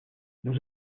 nous